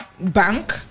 bank